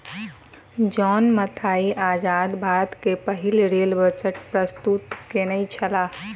John Mathai आजाद भारत के पहिल रेल बजट प्रस्तुत केनई छला